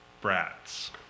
brats